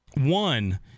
one